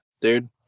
dude